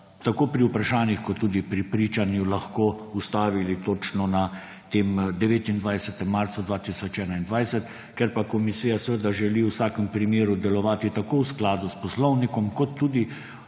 tako pri vprašanjih kot tudi pri pričanju lahko ustavili točno na tem 29. marcu 2021. Ker pa komisija želi v vsakem primeru delovati tako v skladu s poslovnikom kot tudi